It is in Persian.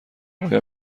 آیا